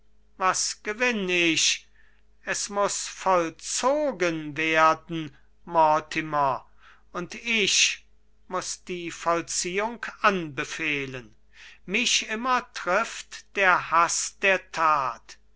was gewinn ich es muß vollzogen werden mortimer und ich muß die vollziehung anbefehlen mich immer trifft der haß der tat